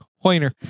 Pointer